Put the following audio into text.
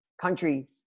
country